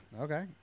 Okay